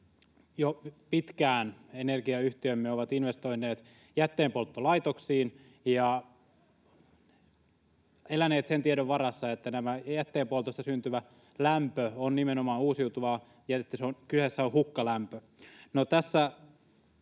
jo pitkään energiayhtiömme ovat investoineet jätteenpolttolaitoksiin ja eläneet sen tiedon varassa, että tämä jätteenpoltosta syntyvä lämpö on nimenomaan uusiutuvaa ja että kyseessä on hukkalämpö.